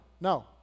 no